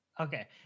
Okay